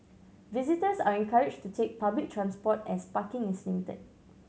visitors are encouraged to take public transport as parking is limited